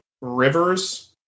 rivers